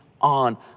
on